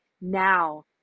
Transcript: now